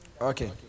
okay